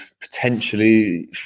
potentially